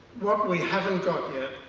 what we haven't got yet,